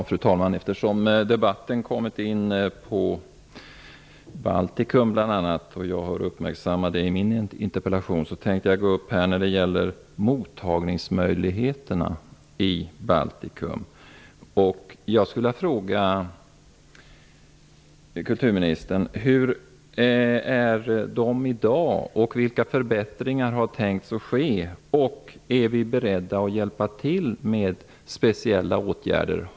Fru talman! Eftersom debatten bl.a. har kommit in på Baltikum och jag har uppmärksammat det i min interpellation tänkte jag gå upp här och säga några ord när det gäller mottagningsmöjligheterna i Baltikum. Jag skulle vilja fråga kulturministern hur de är i dag och vilka förbättringar man har tänkt skall ske. Är vi beredda att hjälpa till med speciella åtgärder?